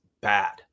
bad